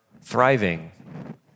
thriving